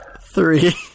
Three